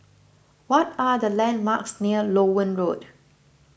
what are the landmarks near Loewen Road